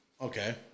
Okay